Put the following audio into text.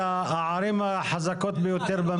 מה איכפת לנו שלכל ועדה מקומית תהיה אפשרות להוסיף דירות להשכיר?